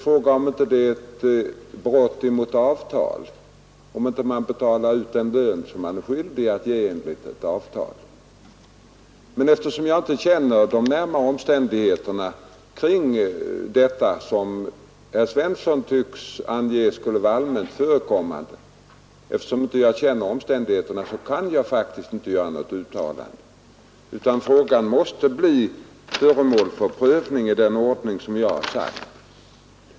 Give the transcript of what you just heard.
Frågan är om det inte är ett avtalsbrott, om man inte betalar ut den lön som man är skyldig att utge enligt lag. Men eftersom jag inte känner de närmare omständigheterna kring detta förfarande, som herr Svensson i Malmö tycks mena skulle vara allmänt förekommande, kan jag faktiskt inte göra något uttalande, utan frågan måste bli föremål för prövning i den ordning som jag har angivit.